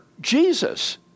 Jesus